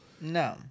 No